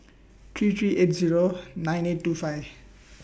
three three eight Zero nine eight two five